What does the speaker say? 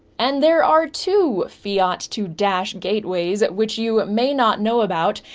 and there are two fiat-to-dash gateways which you may not know about.